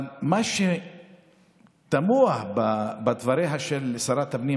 אבל מה שתמוה בדבריה של שרת הפנים,